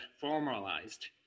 formalized